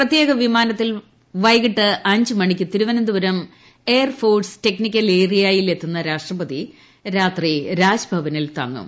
പ്രത്യേക വിമാനത്തിൽ വൈകിട്ട് അഞ്ചിന് തിരുവനന്തപുരം എയർഫോഴ്സ് ടെക്നിക്കൽ ഏരിയയിൽ എത്തുന്ന രാഷ്ട്രപതി രാത്രി രാജ്ഭവനിൽ തങ്ങും